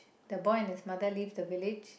the boy and the mother leaved the village